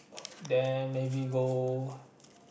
then maybe go